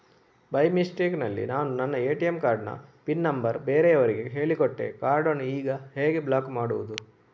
By mistake ನಲ್ಲಿ ನಾನು ನನ್ನ ಎ.ಟಿ.ಎಂ ಕಾರ್ಡ್ ನ ಪಿನ್ ನಂಬರ್ ಬೇರೆಯವರಿಗೆ ಹೇಳಿಕೊಟ್ಟೆ ಕಾರ್ಡನ್ನು ಈಗ ಹೇಗೆ ಬ್ಲಾಕ್ ಮಾಡುವುದು?